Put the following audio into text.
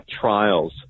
trials